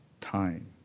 time